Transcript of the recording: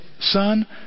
Son